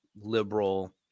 liberal